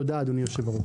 תודה, אדוני יושב הראש.